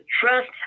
trust